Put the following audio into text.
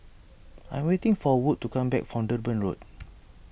I am waiting for Wood to come back from Durban Road